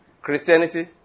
Christianity